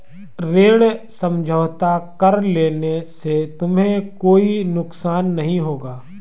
ऋण समझौता कर लेने से तुम्हें कोई नुकसान नहीं होगा